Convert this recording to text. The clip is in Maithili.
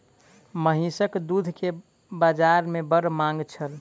महीसक दूध के बाजार में बड़ मांग छल